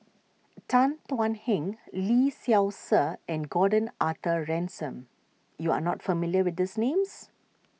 Tan Thuan Heng Lee Seow Ser and Gordon Arthur Ransome you are not familiar with these names